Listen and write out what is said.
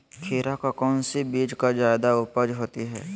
खीरा का कौन सी बीज का जयादा उपज होती है?